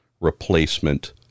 replacement